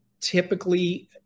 typically